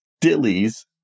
Dilly's